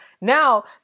Now